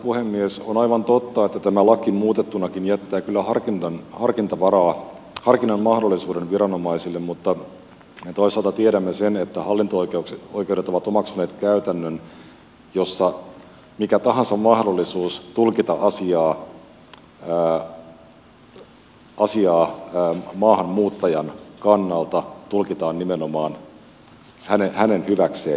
on aivan totta että tämä laki muutettunakin jättää kyllä harkinnan mahdollisuuden viranomaisille mutta toisaalta tiedämme sen että hallinto oikeudet ovat omaksuneet käytännön jossa mikä tahansa mahdollisuus tulkita asiaa maahanmuuttajan kannalta tulkitaan nimenomaan hänen hyväkseen